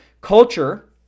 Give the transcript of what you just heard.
culture